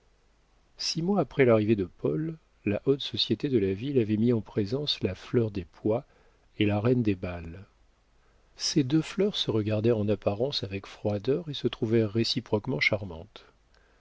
six mois après l'arrivée de paul la haute société de la ville avait mis en présence la fleur des pois et la reine des bals ces deux fleurs se regardèrent en apparence avec froideur et se trouvèrent réciproquement charmantes